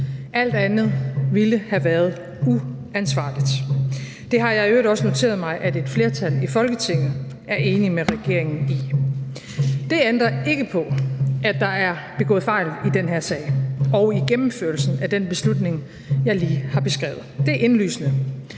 Alt andet ville have været uansvarligt. Det har jeg i øvrigt også noteret mig at et flertal i Folketinget er enige med regeringen i. Det ændrer ikke på, at der er begået fejl i den her sag og i gennemførelsen af den beslutning, jeg lige har beskrevet. Det er indlysende.